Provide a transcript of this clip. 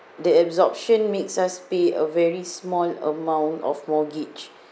the absorption makes us pay a very small amount of mortgage